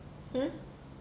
hmm